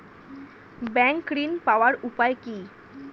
Bank ঋণ পাওয়ার উপায় কি?